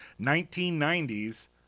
1990's